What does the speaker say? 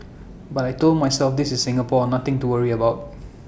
but I Told myself this is Singapore nothing to worry about